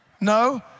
No